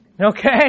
okay